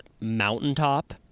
mountaintop